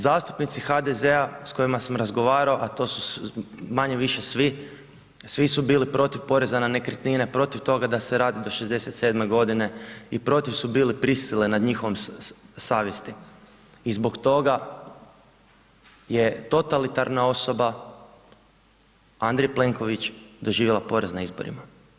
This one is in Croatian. Zastupnici HDZ-a s kojima sam razgovarao, a to su manje-više svi, svi su bili protiv poreza na nekretnine, protiv toga da se radi do 67. godine i protiv su bili prisile nad njihovom savjesti i zbog toga je totalitarna osoba, Andrej Plenković doživjela poraz na izborima.